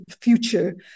future